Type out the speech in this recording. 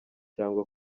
cyangwa